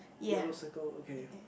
yellow circle okay